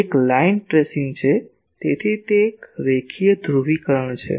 તે એક line tracing છે તેથી તે એક રેખીય ધ્રુવીકરણ છે